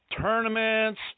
tournaments